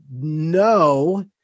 no